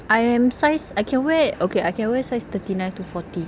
I am size I can wear okay I can wear size thirty nine to forty